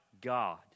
God